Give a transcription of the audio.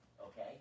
Okay